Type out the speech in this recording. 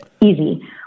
easy